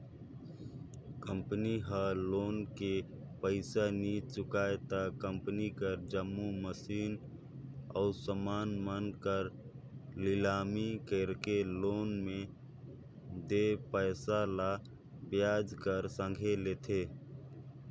company ह loan के पइसा नी चुकाय त कंपनी कर जम्मो मसीन अउ समान मन कर लिलामी कइरके लोन में देय पइसा ल बियाज कर संघे लेथे